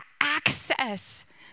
access